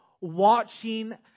watching